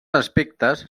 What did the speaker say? aspectes